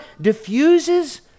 diffuses